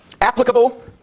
applicable